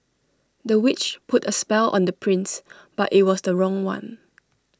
the witch put A spell on the prince but IT was the wrong one